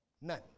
None